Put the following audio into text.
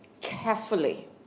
carefully